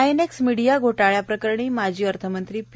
आयएवएक्स media घोटाळाप्रकरणी माजी अर्थमंत्री पी